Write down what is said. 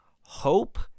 hope